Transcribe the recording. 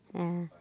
yeah